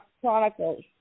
Chronicles